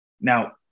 Now